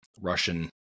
Russian